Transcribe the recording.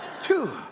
Two